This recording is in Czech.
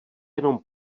jenom